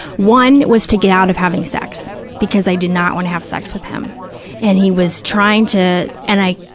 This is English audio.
one was to get out of having sex, because i didn't not want to have sex with him and he was trying to, and i,